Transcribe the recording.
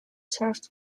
served